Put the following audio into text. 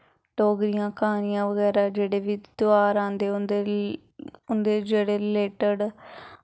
डोगरी क्हानियां बगैरा जेह्ड़े बी तेहार आंदे उं'दे उं'दे जेह्ड़े रिलेटड़